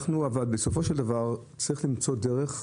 בסופו של דבר צריך למצוא דרך,